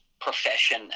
profession